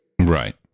Right